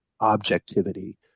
objectivity